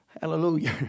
Hallelujah